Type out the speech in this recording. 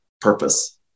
purpose